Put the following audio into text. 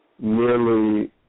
nearly